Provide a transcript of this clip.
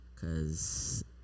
Cause